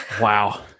Wow